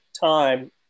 time